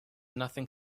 nothing